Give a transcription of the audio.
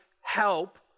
help